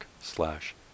slash